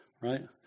right